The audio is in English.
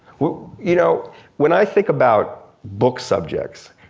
well, you know when i think about book subjects,